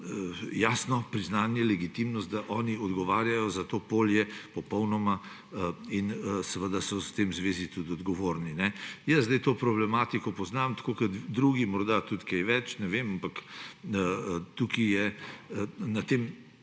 jasno priznanje, legitimnost, da oni odgovarjajo za to polje popolnoma in seveda so v zvezi s tem tudi odgovorni. Jaz zdaj to problematiko poznam tako kot drugi, morda tudi kaj več, ne vem, ampak na tem